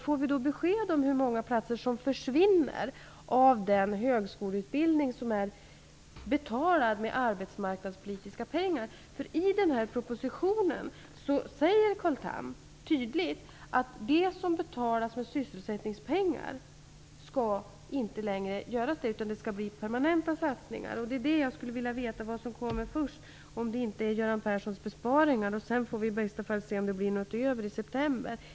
Får vi då besked om hur många platser som försvinner från den högskoleutbildning som betalas med arbetsmarknadspolitiska pengar? I propositionen säger Carl Tham tydligt att man inte längre skall betala med sysselsättningspengar, utan att det skall bli permanenta satsningar. Då skulle jag vilja veta vad som kommer först, om det är Göran Perssons besparingar. Sedan får vi se i september om det i bästa fall har blivit något över.